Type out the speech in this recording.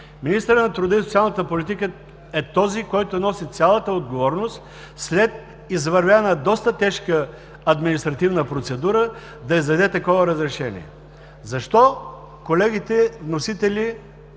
Министърът на труда и социалната политика е този, който носи цялата отговорност, след извървяна доста тежка административна процедура, да издаде такова разрешение. Защо аргументите,